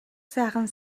сайхан